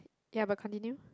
ya but continue